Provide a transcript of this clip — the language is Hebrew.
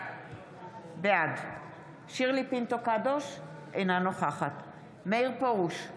בעד שירלי פינטו קדוש, אינה נוכחת מאיר פרוש,